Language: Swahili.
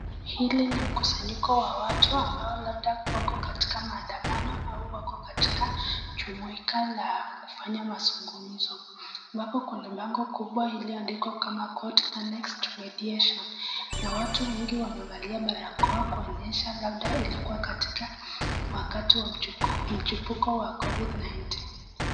Hili ni mkusanyiko wa watu ambao labda wako katika maandamano au wako katika jumuiku la kufanya mazungumzo. Ambapo kuna bango kubwa iliandikwa kama Court Annexed Mediation na watu wengi wamevalia barakoa kuonyesha labda ilikuwa katika wakati wa mchipuko wa COVID-19 .